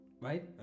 right